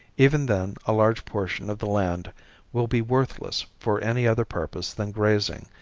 even then a large portion of the land will be worthless for any other purpose than grazing,